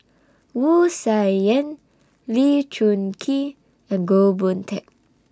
Wu Tsai Yen Lee Choon Kee and Goh Boon Teck